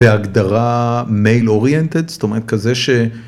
בהגדרה מייל אוריינטד, זאת אומרת, כזה ש...